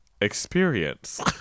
experience